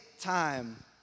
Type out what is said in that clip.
time